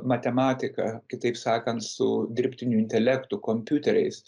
matematika kitaip sakant su dirbtiniu intelektu kompiuteriais